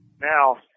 Now